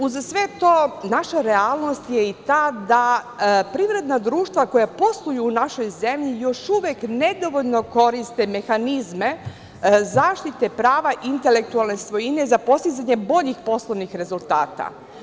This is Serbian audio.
Uz sve to naša realnost je i ta da privredna društva koja posluju u našoj zemlji još uvek nedovoljno koriste mehanizme zaštite prava intelektualne svojine za postizanje boljih poslovnih rezultata.